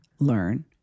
learn